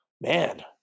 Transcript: man